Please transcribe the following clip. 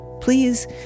Please